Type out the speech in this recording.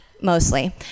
mostly